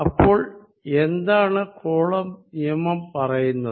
അപ്പോൾ എന്താണ് കൂളംബ് നിയമം പറയുന്നത്